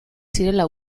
zirela